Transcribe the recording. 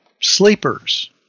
sleepers